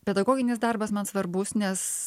pedagoginis darbas man svarbus nes